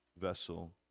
vessel